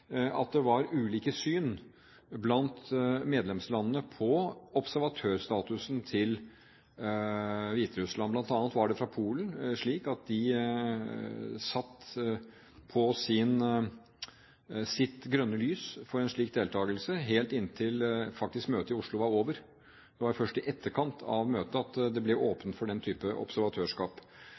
at det var ulike syn blant medlemslandene på observatørstatusen til Hviterussland. Blant annet var det fra Polen slik at de satt på sitt grønne lys for en slik deltakelse helt inntil møtet i Oslo faktisk var over. Det var først i etterkant av møtet at det ble åpnet for den typen observatørskap.